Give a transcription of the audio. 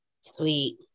sweet